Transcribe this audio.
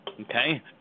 Okay